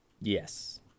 Yes